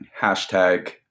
Hashtag